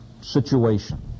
situation